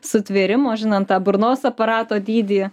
sutvėrimo žinant tą burnos aparato dydį